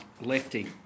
lefty